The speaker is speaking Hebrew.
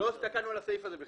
לא הסתכלנו על הסעיף הזה בכלל.